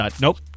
Nope